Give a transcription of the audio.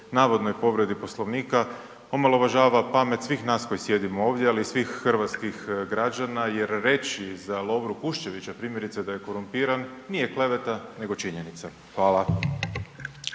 navodnoj povredi Poslovnika omalovažava pamet svih nas koji sjedimo ovdje, ali i svih hrvatskih građana jer reći za Lovru Kuščevića primjerice da je korumpiran nije kleveta nego činjenica. Hvala.